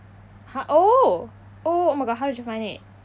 !huh! oh oh my god how did you find it did